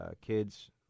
kids